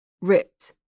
ripped